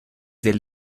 del